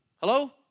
Hello